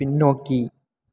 பின்னோக்கி